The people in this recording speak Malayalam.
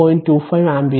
25 ആമ്പിയർ